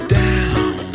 down